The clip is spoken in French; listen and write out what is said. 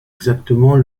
exactement